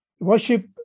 worship